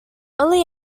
only